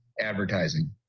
advertising